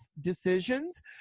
decisions